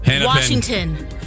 Washington